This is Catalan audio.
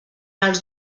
els